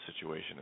situation